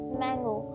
mango